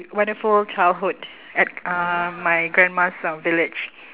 wonderful childhood at uh my grandma's uh village